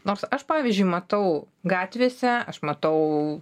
nors aš pavyzdžiui matau gatvėse aš matau